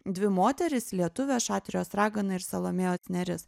dvi moterys lietuvės šatrijos ragana ir salomėja nėris